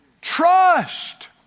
Trust